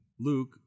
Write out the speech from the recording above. Luke